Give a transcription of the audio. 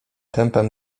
tempem